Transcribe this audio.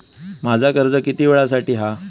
माझा कर्ज किती वेळासाठी हा?